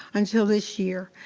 until this year.